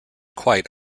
quite